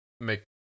make